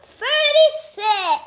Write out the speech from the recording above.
thirty-six